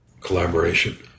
collaboration